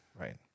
right